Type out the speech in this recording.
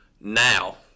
now